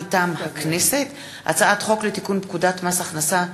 מטעם הכנסת: הצעת חוק לתיקון פקודת מס הכנסה (מס'